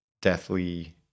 deathly